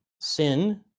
sin